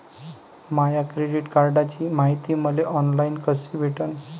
माया credit कार्डची मायती मले ऑनलाईन कसी भेटन?